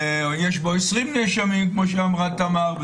או יש בו 20 נאשמים כפי שאמרה תמר,